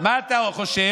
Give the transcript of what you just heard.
מה אתה חושב,